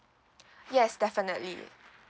yes definitely